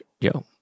yo